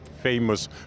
famous